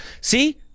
See